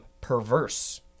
perverse